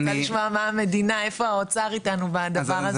אני רוצה לשמוע איפה משרד האוצר איתנו בעניין הזה.